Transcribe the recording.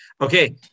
Okay